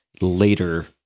later